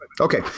Okay